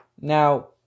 now